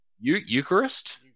Eucharist